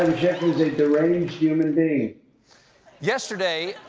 is a deranged human being yesterday,